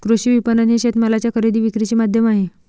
कृषी विपणन हे शेतमालाच्या खरेदी विक्रीचे माध्यम आहे